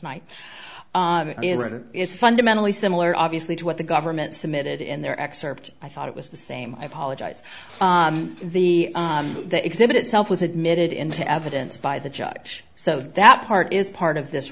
night is fundamentally similar obviously to what the government submitted in their excerpt i thought it was the same i apologize the that exhibit itself was admitted into evidence by the judge so that part is part of this